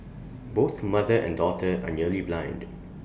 both mother and daughter are nearly blind